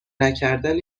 نکردن